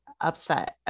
upset